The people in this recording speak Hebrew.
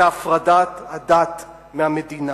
זה הפרדת הדת מהמדינה.